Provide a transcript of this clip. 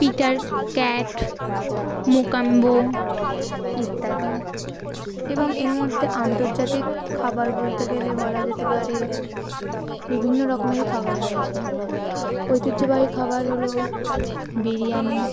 Peter Cat Mocambo ইত্যাদি এবং এর মধ্যে আন্তর্জাতিক খাবার বলতে গেলে বলা যেতে পারে বিভিন্ন রকমেরই খাবার রয়েছে ঐতিহ্যবাহী খাবার হল বিরিয়ানি